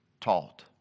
taught